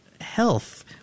health